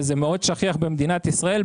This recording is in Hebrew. וזה מאוד שכיח במדינת ישראל,